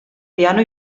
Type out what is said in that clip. piano